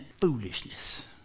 foolishness